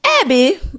Abby